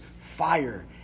fire